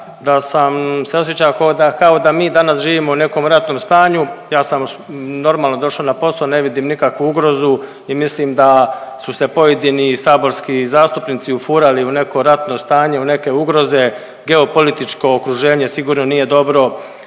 da sam se osjećao kao da mi danas živimo u nekom ratnom stanju, ja sam normalno došao na posao, ne vidim nikakvu ugrozu i mislim da su se pojedini saborski zastupnici ufurali u neko ratno stanje u neke ugroze. Geopolitičko okruženje sigurno nije dobro,